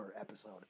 episode